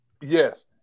Yes